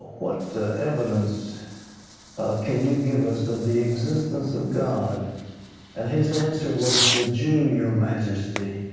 what evidence can you give us of the existence of god and his answer was the jew, your majesty.